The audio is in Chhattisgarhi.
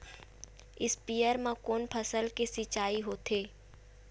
स्पीयर म कोन फसल के सिंचाई होथे?